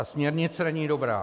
Směrnice není dobrá.